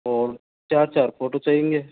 और चार चार फोटो चाहिएंगे